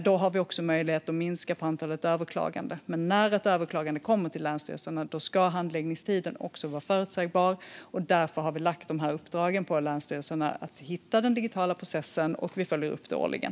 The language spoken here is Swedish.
Då har vi också möjlighet att minska antalet överklaganden. Men när ett överklagande kommer in till länsstyrelsen ska handläggningstiden vara förutsägbar, och därför har vi gett länsstyrelserna i uppdrag att hitta en digital process, och vi följer upp detta årligen.